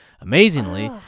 Amazingly